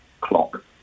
clock